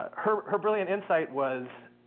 her her brilliant insight was,